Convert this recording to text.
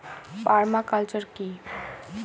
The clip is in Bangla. পার্মা কালচার কি?